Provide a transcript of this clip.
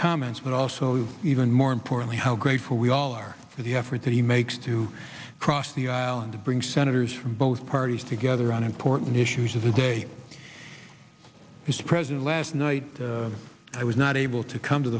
comments but also even more importantly how grateful we all are for the effort that he makes to cross the aisle and to bring senators from both parties together on important issues of the day as president last night i was not able to come to